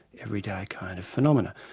everyday kind of phenomena.